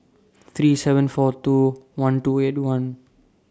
three seven four two one two eight one